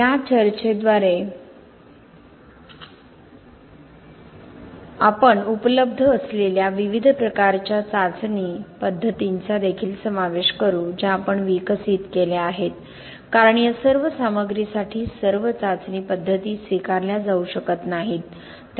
या चर्चेद्वारे आपण उपलब्ध असलेल्या विविध प्रकारच्या चाचणी पद्धतींचा देखील समावेश करू ज्या आपण विकसित केल्या आहेत कारण या सर्व सामग्रीसाठी सर्व चाचणी पद्धती स्वीकारल्या जाऊ शकत नाहीत